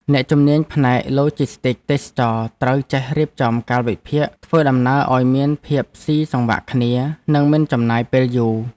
អ្នកជំនាញផ្នែកឡូជីស្ទីកទេសចរណ៍ត្រូវចេះរៀបចំកាលវិភាគធ្វើដំណើរឱ្យមានភាពស៊ីសង្វាក់គ្នានិងមិនចំណាយពេលយូរ។